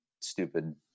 stupid